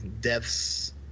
deaths